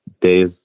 days